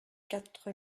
quatre